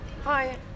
Hi